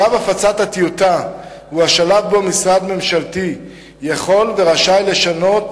שלב הפצת הטיוטה הוא השלב שבו משרד ממשלתי יכול ורשאי לשנות